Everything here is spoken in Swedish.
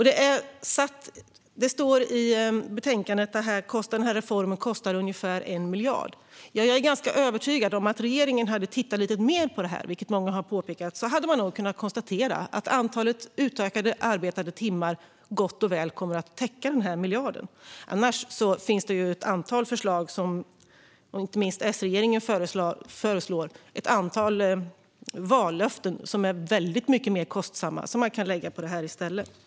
Det står i betänkandet att denna reform kostar ungefär 1 miljard. Jag är ganska övertygad om att om regeringen hade tittat lite mer på detta, vilket många har påpekat, hade den nog kunnat konstatera att det ökade antalet arbetade timmar gott och väl kommer att täcka den här miljarden. Annars finns det ju ett antal förslag, inte minst ett antal vallöften från S-regeringen, som är väldigt mycket mer kostsamma och som man kan lägga på detta i stället.